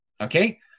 Okay